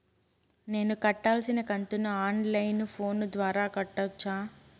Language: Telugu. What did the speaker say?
నేను కట్టాల్సిన కంతును ఆన్ లైను ఫోను ద్వారా కట్టొచ్చా?